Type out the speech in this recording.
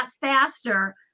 faster